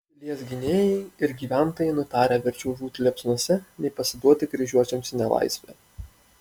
pilies gynėjai ir gyventojai nutarę verčiau žūti liepsnose nei pasiduoti kryžiuočiams į nelaisvę